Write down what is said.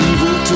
Evil